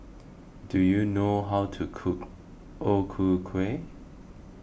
do you know how to cook O Ku Kueh